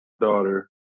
daughter